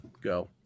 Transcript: Go